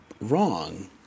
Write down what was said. wrong